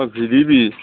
অঁ V D P